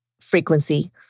frequency